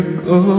go